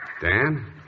Dan